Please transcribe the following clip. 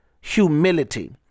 humility